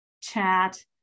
chat